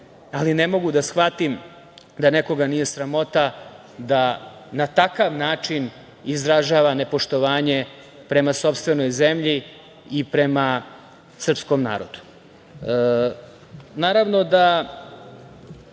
ali e mogu da shvatim da nekoga nije sramota da na takav način izražava nepoštovanje prema sopstvenoj zemlji i prema srpskom narodu. Naravno da